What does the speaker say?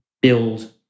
build